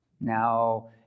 now